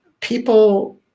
people